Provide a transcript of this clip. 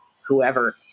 whoever